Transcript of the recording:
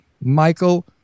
Michael